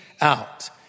out